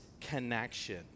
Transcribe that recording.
connection